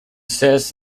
says